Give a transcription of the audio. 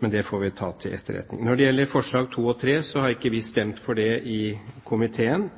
Men det får vi ta til etterretning. Når det gjelder forslagene nr. 2 og 3, har ikke vi stemt for dem i komiteen.